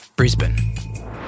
Brisbane